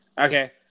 Okay